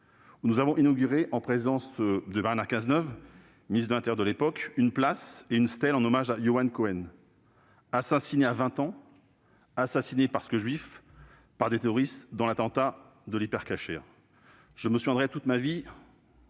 nous avons inauguré, en présence de Bernard Cazeneuve, ministre de l'intérieur de l'époque, une place et une stèle en hommage à Yohan Cohen, assassiné à 20 ans, assassiné parce que juif, par un terroriste dans l'attentat de l'Hyper Cacher. Je me souviendrai toute ma vie